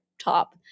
top